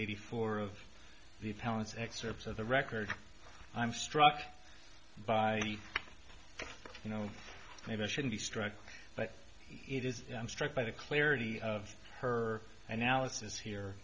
eighty four of the appellant's excerpts of the record i'm struck by you know maybe i should be struck but it is i'm struck by the clarity of her analysis here